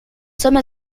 somme